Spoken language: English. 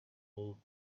moved